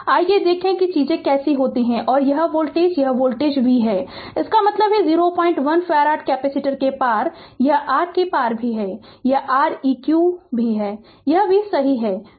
आइए देखें कि चीजें कैसे होती हैं और यह वोल्टेज है यह वोल्टेज v है इसका मतलब है कि 01 फैराड कैपेसिटर के पार यह R के पार भी है यह r Req भी है यह v सही है